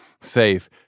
safe